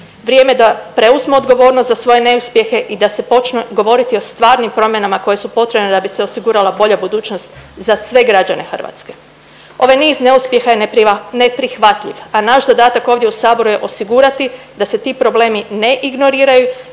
Vrijeme je da preuzmu odgovornost za svoje neuspjehe i da se počne govoriti o stvarnim promjenama koje su potrebne da bi se osigurala bolja budućnost za sve građane Hrvatske. Ovaj niz neuspjeha je neprihvatljiv, a naš zadatak ovdje u saboru je osigurati da se ti problemi ne ignoriraju